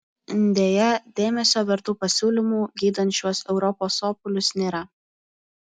deja dėmesio vertų pasiūlymų gydant šiuos europos sopulius nėra